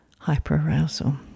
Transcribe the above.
hyperarousal